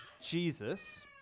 Jesus